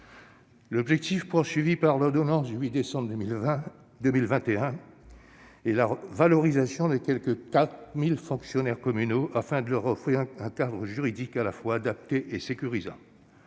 L'objectif de l'ordonnance du 8 décembre 2021 est la valorisation des quelque 4 000 fonctionnaires communaux. Il s'agit de leur offrir un cadre juridique à la fois adapté et sécurisant.